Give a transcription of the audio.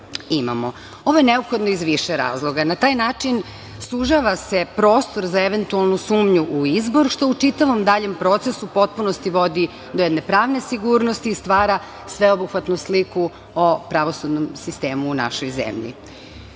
je neophodno iz više razloga, na taj način sužava se prostor za eventualnu sumnju u izbor, što u čitavom daljem procesu u potpunosti vodi do jedne pravne sigurnosti, stvara sveobuhvatnu sliku o pravosudnom sistemu u našoj zemlji. Što